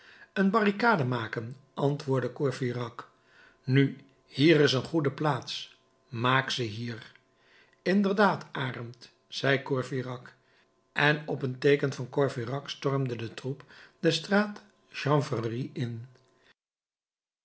een barricade maken antwoordde courfeyrac nu hier is een goede plaats maak ze hier inderdaad arend zei courfeyrac en op een teeken van courfeyrac stormde de troep de straat chanvrerie in